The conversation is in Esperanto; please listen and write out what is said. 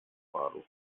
faru